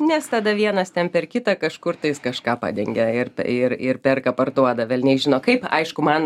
nes tada vienas tempia ir kitą kažkur tais kažką padengia ir ir ir perka parduoda velniai žino kaip aišku man